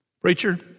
preacher